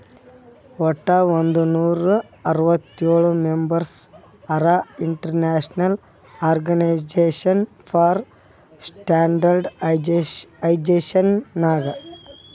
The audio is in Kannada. ವಟ್ ಒಂದ್ ನೂರಾ ಅರ್ವತ್ತೋಳ್ ಮೆಂಬರ್ಸ್ ಹರಾ international organization for standardization Nag